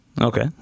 Okay